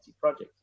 project